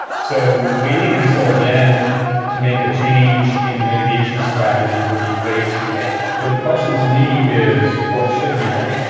so waiting until then to make a change in the mitigation strategy would be way too late. but the question to me is, what should be done?